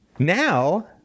Now